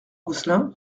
gosselin